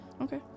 Okay